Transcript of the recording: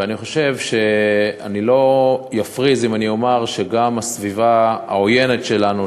ואני חושב שאני לא אפריז אם אני אומר שגם הסביבה העוינת שלנו,